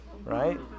right